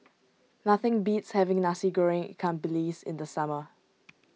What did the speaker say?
nothing beats having Nasi Goreng Ikan Bilis in the summer